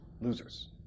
Losers